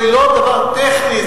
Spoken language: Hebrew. זה לא דבר טכני,